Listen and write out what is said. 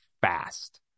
fast